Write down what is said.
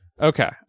okay